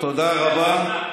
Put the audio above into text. תודה רבה.